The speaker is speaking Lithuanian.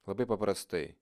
labai paprastai